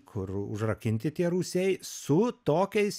kur užrakinti tie rūsiai su tokiais